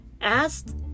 asked